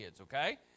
okay